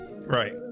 Right